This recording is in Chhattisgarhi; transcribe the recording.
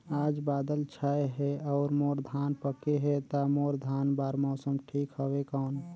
आज बादल छाय हे अउर मोर धान पके हे ता मोर धान बार मौसम ठीक हवय कौन?